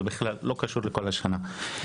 בלי קשר לכל השנה.